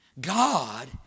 God